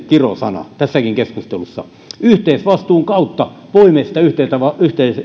kirosana tässäkin keskustelussa yhteisvastuun kautta voimme sitä